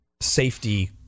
safety